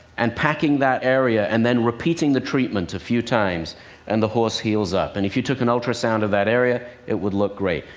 and packing that area, and then repeating the treatment a few times and the horse heals up. and if you took an ultrasound of that area, it would look great.